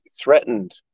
threatened